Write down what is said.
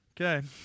Okay